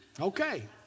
Okay